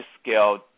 scale